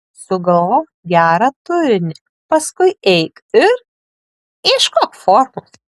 sugalvok gerą turinį paskui eik ir ieškok formos